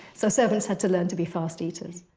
so servants had to learn to be fast eaters.